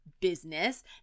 business